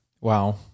Wow